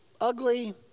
ugly